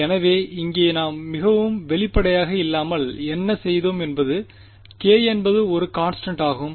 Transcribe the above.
எனவே இங்கே நாம் மிகவும் வெளிப்படையாக இல்லாமல் என்ன செய்தோம் என்பது k என்பது ஒரு கான்ஸ்டன்ட் ஆகும்